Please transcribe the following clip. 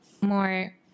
more